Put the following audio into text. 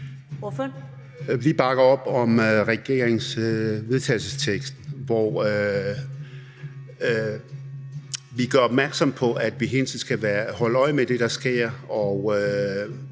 Vi bakker op om regeringens vedtagelsestekst, hvor der gøres opmærksom på, at vi hele tiden skal være holde øje med det, der sker, og